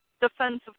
defensive